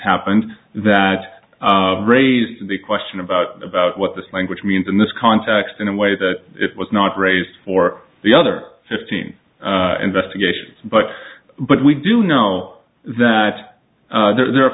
happened that raised the question about about what this language means in this context in a way that it was not raised for the other fifteen investigations but but we do know that there